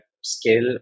skill